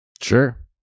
Sure